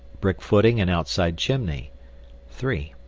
brick footing and outside chimney three.